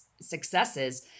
successes